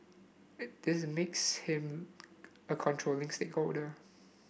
it this makes him a controlling stakeholder